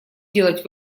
делать